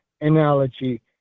analogy